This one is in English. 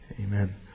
Amen